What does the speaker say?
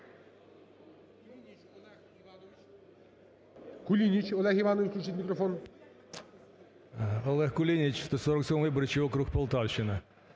Олег Кулініч, 147 виборчий округ, Полтавщина.